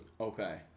Okay